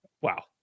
Wow